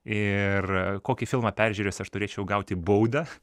ir kokį filmą peržiūrėjęs aš turėčiau gauti baudą